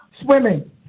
swimming